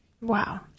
Wow